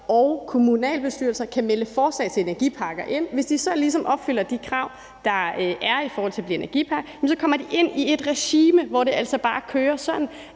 og kommunalbestyrelser kan melde forslag til energiparker ind. Hvis de så ligesom opfylder de krav, der er, i forhold til at blive energipark, så kommer de ind i et regime, hvor det altså bare kører, sådan